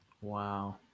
Wow